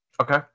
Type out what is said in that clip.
Okay